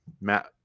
Matt –